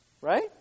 Right